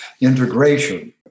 Integration